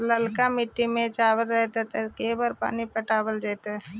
ललका मिट्टी में चावल रहतै त के बार पानी पटावल जेतै?